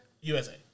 USA